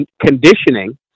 conditioning